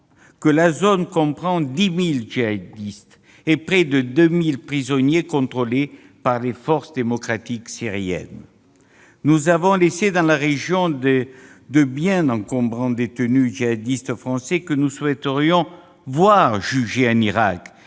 cette zone se trouvent 10 000 djihadistes et près de 2 000 prisonniers contrôlés par les forces démocratiques syriennes. Nous avons laissé dans la région de bien encombrants détenus djihadistes français que nous souhaiterions voir juger en Irak.